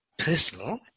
personal